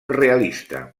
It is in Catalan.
realista